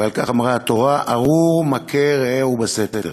ועל כך אמרה התורה "ארור מכה רעהו בסתר".